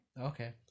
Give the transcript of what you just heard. Okay